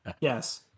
Yes